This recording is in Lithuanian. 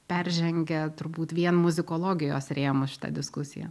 peržengia turbūt vien muzikologijos rėmus šita diskusija